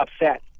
upset